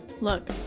Look